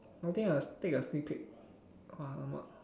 I think I'll take a sneak peek !wah! !alamak!